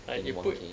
like you put